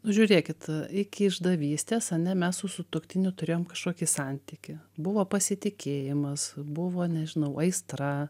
nu žiurėkit iki išdavystės ane mes su sutuoktiniu turėjom kašokį santykį buvo pasitikėjimas buvo nežinau aistra